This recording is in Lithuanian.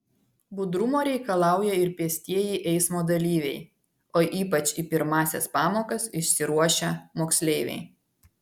budrumo reikalauja ir pėstieji eismo dalyviai o ypač į pirmąsias pamokas išsiruošę moksleiviai